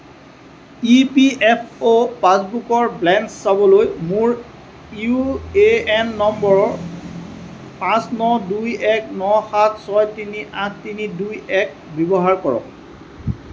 ই P F O পাছবুকৰ balance চাবলৈ মোৰ ইউ এ এন নম্বৰ পাঁচ ন দুই এক ন সাত ছয় তিনি আঠ তিনি দুই এক ব্যৱহাৰ কৰক